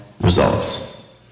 results